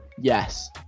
Yes